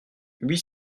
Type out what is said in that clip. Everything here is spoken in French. huit